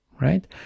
right